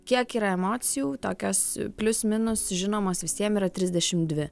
kiek yra emocijų tokios plius minus žinomos visiem yra trisdešim dvi